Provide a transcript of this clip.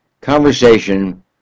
conversation